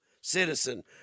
citizen